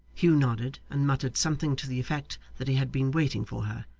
hugh nodded, and muttered something to the effect that he had been waiting for her,